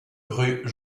rue